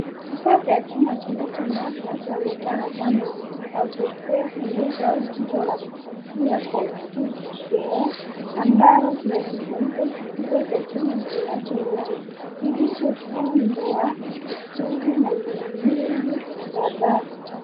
Kifaa cha chuma kinachongaa kinaonekana kama auto care au jiko la kupikia kwa mfuke ambalo kina kifuniko kikubwa cha chuma kinachongaa kilichofungwa mitungi nyingi kadhaa.